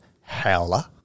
howler